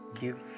give